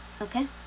Okay